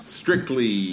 strictly